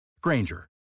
Granger